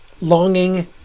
longing